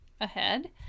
ahead